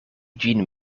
ĝin